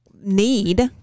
need